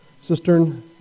cistern